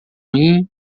ruim